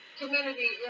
community